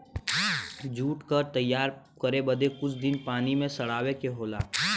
jute क तैयार करे बदे कुछ दिन पानी में सड़ावे के होला